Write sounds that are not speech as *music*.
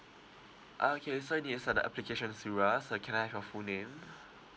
okay so you need to send the application through us so can I have your full name *breath*